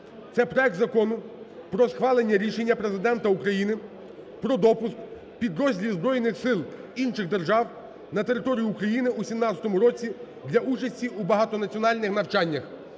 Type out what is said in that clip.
це проект Закону про схвалення рішення Президента України про допуск підрозділів збройних сил інших держав на територію України у 2017 році для участі у багатонаціональних навчаннях.